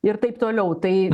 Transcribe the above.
ir taip toliau tai